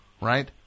Right